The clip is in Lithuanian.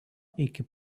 iki